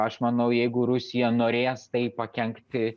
aš manau jeigu rusija norės tai pakenkti